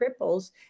cripples